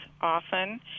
often